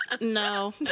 No